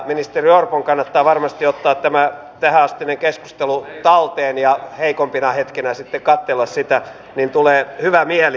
ministeri orpon kannattaa varmasti ottaa tämä tähänastinen keskustelu talteen ja heikompina hetkinä sitten katsella sitä niin tulee hyvä mieli